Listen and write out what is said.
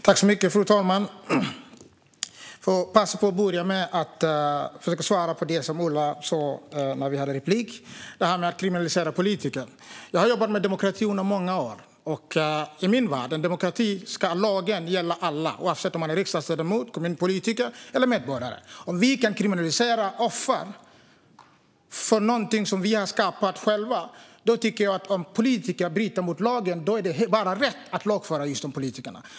Fru talman! Jag vill passa på att börja med att försöka svara på det som Ola Möller sa i vårt replikskifte när det gäller det här med att kriminalisera politiker. Jag har jobbat med demokrati under många år, och i min värld ska lagen gälla alla i en demokrati, oavsett om man är riksdagsledamot, kommunpolitiker eller annan medborgare. Om vi kan kriminalisera offer för någonting som vi har skapat själva tycker jag att det bara är rätt att lagföra just de politiker som bryter mot lagen.